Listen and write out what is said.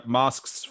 masks